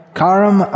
karam